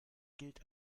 gilt